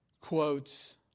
quotes